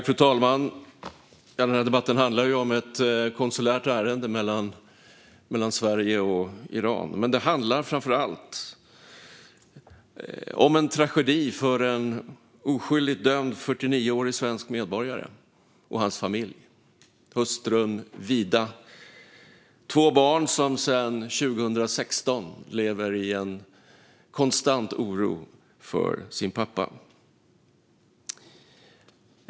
Fru talman! Den här debatten handlar ju om ett konsulärt ärende mellan Sverige och Iran. Men den handlar framför allt om en tragedi för en oskyldigt dömd 49-årig svensk medborgare och hans familj - hustrun Vida och två barn som sedan 2016 lever i en konstant oro för sin pappa.